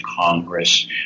Congress